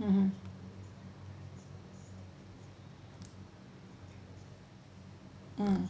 mmhmm mm